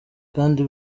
kandi